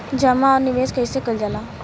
जमा और निवेश कइसे कइल जाला?